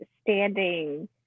standing